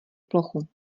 plochu